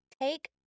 Take